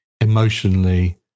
emotionally